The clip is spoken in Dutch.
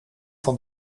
van